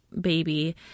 baby